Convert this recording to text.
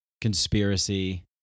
conspiracy